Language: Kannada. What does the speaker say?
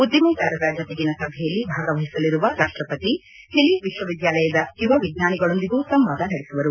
ಉದ್ವಿಮೆದಾರರ ಜತೆಗಿನ ಸಭೆಯಲ್ಲಿ ಭಾಗವಹಿಸಲಿರುವ ರಾಷ್ಟಪತಿ ಚಲಿ ವಿಶ್ವವಿದ್ದಾಲಯದ ಯುವ ವಿಜ್ಞಾನಿಗಳೊಂದಿಗೆ ಸಂವಾದ ನಡೆಸುವರು